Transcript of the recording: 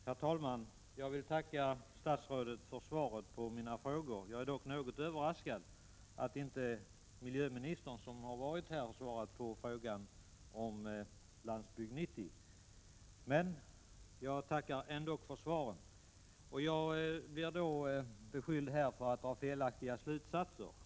Herr talman! Jag vill tacka statsrådet för svaret på mina frågor. Jag är dock något överraskad över att inte miljöministern, som har varit här i dag under frågestunden, har svarat på frågan om ”Landsbygd 90”. Jag tackar emellertid ändå för svaret. Jag blir här beskylld för att dra felaktiga slutsatser.